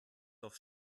doch